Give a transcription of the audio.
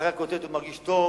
אחרי הכותרת הוא מרגיש טוב.